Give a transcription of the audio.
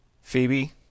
Phoebe